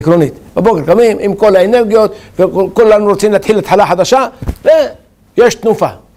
בבוקר קמים עם כל האנרגיות וכולנו רוצים להתחיל את התחלה חדשה ויש תנופה.